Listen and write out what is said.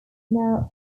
now